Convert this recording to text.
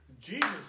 Jesus